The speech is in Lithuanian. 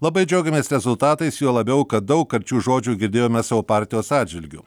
labai džiaugiamės rezultatais juo labiau kad daug karčių žodžių girdėjome savo partijos atžvilgiu